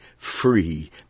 free